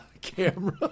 camera